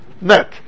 net